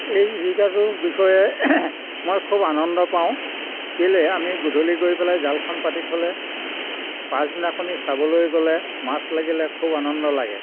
এই জীৱিকাটোৰ বিষয়ে মই খুব আনন্দ পাওঁ কেলেই আমি গধূলি গৈ পেলাই জালখন পাতি থ'লে পাছদিনাখনি চাবলৈ গ'লে মাছ লাগিলে খুব আনন্দ লাগে